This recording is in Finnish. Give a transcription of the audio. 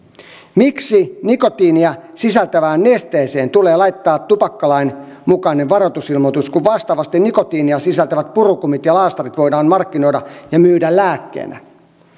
miksi nikotiinia sisältävään nesteeseen tulee laittaa tupakkalain mukainen varoitusilmoitus kun vastaavasti nikotiinia sisältävät purukumit ja laastarit voidaan markkinoida ja myydä lääkkeenä